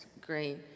great